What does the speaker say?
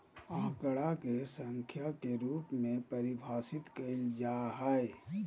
आंकड़ा के संख्या के रूप में परिभाषित कइल जा हइ